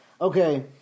okay